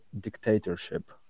dictatorship